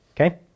Okay